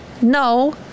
No